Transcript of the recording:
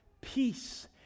peace